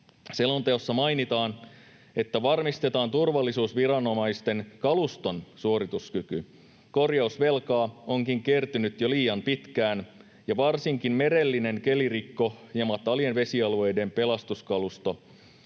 Selonteossa mainitaan, että varmistetaan turvallisuusviranomaisten kaluston suorituskyky. Korjausvelkaa onkin kertynyt jo liian pitkään, ja varsinkin merellinen kelirikko- ja matalien vesialueiden pelastuskalusto